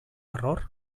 error